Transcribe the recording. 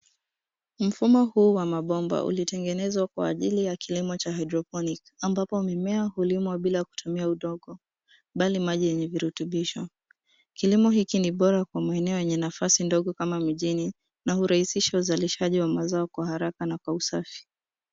Mfumo huu wa mabomba, ulitengenezwa kwa ajili ya kilimo cha hydroponics , ambapo mimea hulimwa bila kutumia udongo, mbali maji yenye virutubisho. Kilimo hiki ni bora kwa maeneo yenye nafasi ndogo kama mijini, na urahisisha uzalishaji wa mazao kwa haraka na kwa usafi.